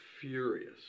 furious